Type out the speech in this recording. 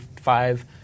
five